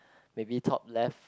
maybe top left